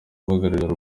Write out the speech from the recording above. bahagarariye